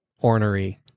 ornery